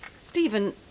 Stephen